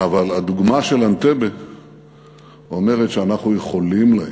אבל הדוגמה של אנטבה אומרת שאנחנו יכולים להם,